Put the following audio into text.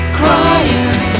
crying